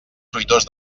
fruitós